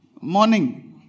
morning